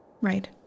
Right